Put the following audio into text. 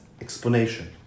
explanation